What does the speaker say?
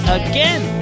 again